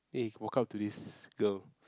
then he walk up to this girl